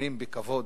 קונים בכבוד,